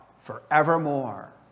forevermore